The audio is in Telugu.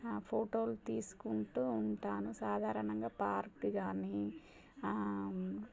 ఆ ఫోటోలు తీసుకుంటూ ఉంటాను సాధారణంగా పార్క్ గానీ